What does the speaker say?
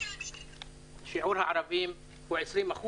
שיעור הערבים הוא 20%,